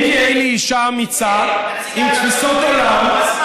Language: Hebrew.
ניקי היילי היא אישה אמיצה עם תפיסות עולם,